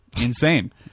insane